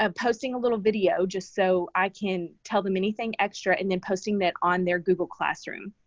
um posting a little video just so i can tell them anything extra and then posting that on their google classroom.